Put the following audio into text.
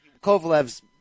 Kovalev's